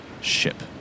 ship